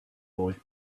boy